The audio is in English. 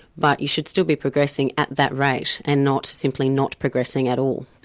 but you should still be progressing at that rate, and not simply not progressing at all.